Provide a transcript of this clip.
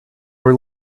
were